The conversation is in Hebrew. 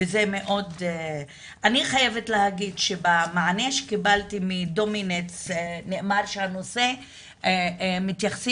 אני חייבת להגיד שבמענה שקיבלתי מדומיניץ נאמר שמתייחסים